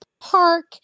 park